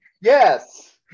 yes